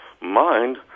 mind